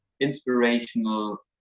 inspirational